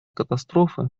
катастрофы